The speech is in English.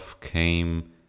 came